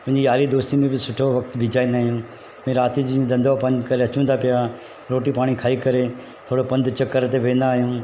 मुंहिंजी यारी दोस्ती में बि सुठो वक़्तु बिताईंदा आहियूं राति जीअं धंधो बंदि करे अचऊं था पिया रोटी पाणी खाई करे थोरो पंधु चकर ते वेंदा आहियूं